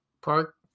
Park